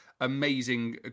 amazing